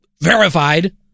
Verified